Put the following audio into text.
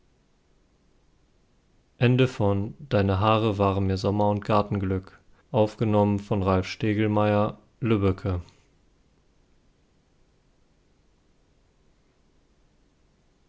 deine haare waren mir sommer und gartenglück